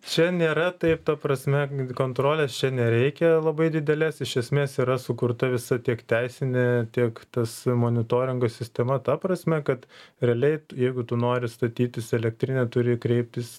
čia nėra taip ta prasme kontrolės čia nereikia labai didelės iš esmės yra sukurta visa tiek teisinė tiek tas monitoringo sistema ta prasme kad realiai jeigu tu nori statytis elektrinę turi kreiptis